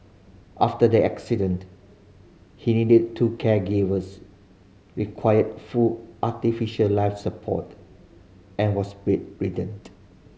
after the accident he needed two caregivers required full artificial life support and was bed